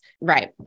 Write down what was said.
Right